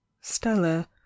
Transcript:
stella